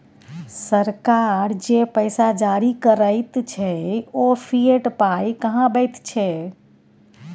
सरकार जे पैसा जारी करैत छै ओ फिएट पाय कहाबैत छै